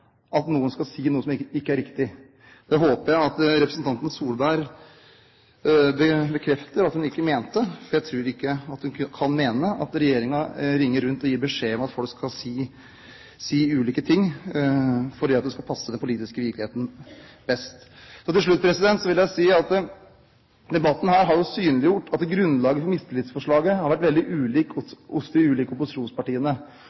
at noen skal si noe som ikke er riktig. Det håper jeg at representanten Solberg bekrefter at hun ikke mente. Jeg tror ikke hun kan mene at regjeringen ringer rundt og gir beskjed om at folk skal si ulike ting for at det skal passe den politiske virkeligheten best. Til slutt vil jeg si at debatten her har synliggjort at grunnlaget for mistillitsforslaget har vært veldig